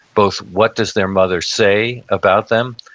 both what does their mother say about them?